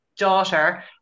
daughter